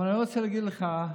אבל אני רוצה להגיד לך,